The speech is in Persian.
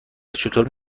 چطور